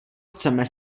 chceme